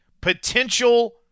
potential